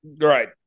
Right